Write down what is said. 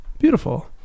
Beautiful